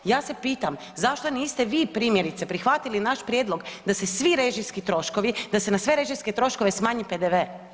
Ja se pitam, zašto niste vi primjerice prihvatili naš prijedlog da se svi režijski troškovi, da se na sve režijske troškove smanji PDV?